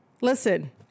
Listen